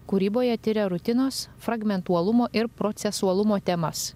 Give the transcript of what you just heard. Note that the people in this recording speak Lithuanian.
kūryboje tiria rutinos fragmentuolumo ir procesuolumo temas